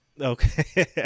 okay